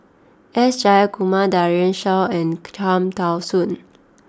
S Jayakumar Daren Shiau and Cham Tao Soon